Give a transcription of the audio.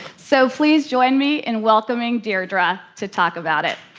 so, please join me in welcoming deirdre to talk about it.